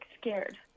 scared